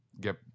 get